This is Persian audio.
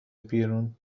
بیرون